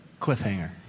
Cliffhanger